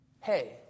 hey